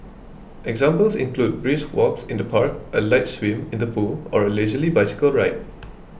examples include brisk walks in the park a light swim in the pool or a leisurely bicycle ride